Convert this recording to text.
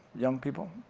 young people.